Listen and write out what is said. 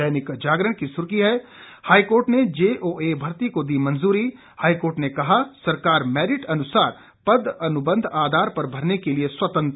दैनिक जागरण की सुर्खी है हाईकोर्ट ने जेओए भर्ती को दी मंजूरी हाईकोर्ट ने कहा सरकार मैरिट अनुसार पद अनुबंध आधार पर भरने के लिए स्वतंत्र